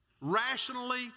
rationally